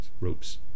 ropes